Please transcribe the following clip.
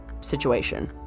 situation